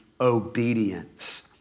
obedience